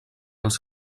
els